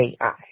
AI